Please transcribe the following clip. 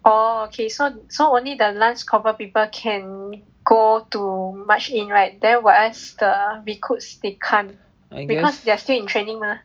oh okay so so only the lance corporal people can go to march in right there whereas the recruits they can't because they are still in training mah